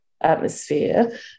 atmosphere